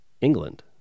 England